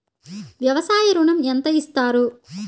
వ్యవసాయ ఋణం ఎంత ఇస్తారు?